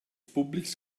públics